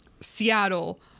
Seattle